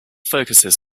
focuses